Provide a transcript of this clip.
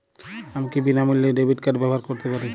আমি কি বিনামূল্যে ডেবিট কার্ড ব্যাবহার করতে পারি?